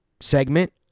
segment